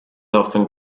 often